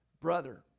Brother